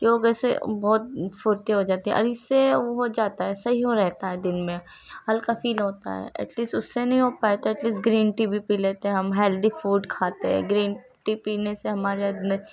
یوگا سے بہت پھرتی ہو جاتی ہے اور اس سے وہ ہو جاتا ہے صحیح رہتا ہے دن میں ہلکا فیل ہوتا ہے ایٹ لیسٹ اس سے نہیں ہو پائے تو ایٹ لیسٹ گرین ٹی بھی پی لیتے ہیں ہم ہیلدی فوڈ کھاتے ہیں گرین ٹی پینے سے ہمارے اندر